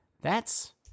That's